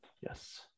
Yes